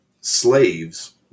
slaves